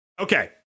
Okay